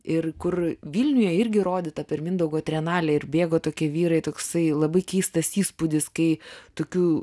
ir kur vilniuje irgi rodyta per mindaugo trienalę ir bėgo tokie vyrai toksai labai keistas įspūdis kai tokių